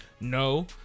no